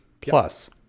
plus